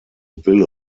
bill